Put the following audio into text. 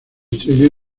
estrelló